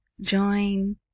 join